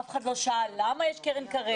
אף אחד לא שאל למה יש קרן קר"ב,